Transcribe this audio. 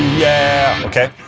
yeah. ok?